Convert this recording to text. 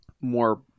more